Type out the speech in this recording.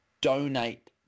donate